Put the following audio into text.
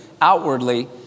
outwardly